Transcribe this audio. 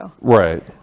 Right